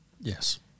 Yes